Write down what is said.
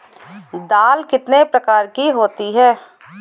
दाल कितने प्रकार की होती है?